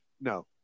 no